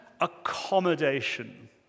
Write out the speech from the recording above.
accommodation